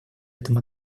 этом